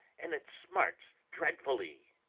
and it smarts dreadfully.